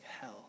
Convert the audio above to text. hell